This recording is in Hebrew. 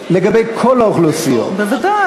הוצגו כאן נתונים לגבי חרדים שכן עובדים.